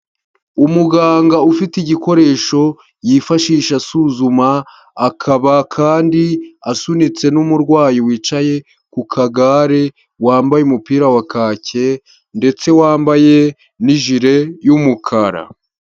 Umuganga ufite igikoresho yifashisha asuzuma, akaba kandi asunitse n'umurwayi wicaye ku kagare, wambaye umupira wa kake ndetse wambaye n'ijire y'umukara.